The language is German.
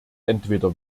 entweder